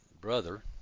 brother